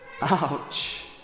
Ouch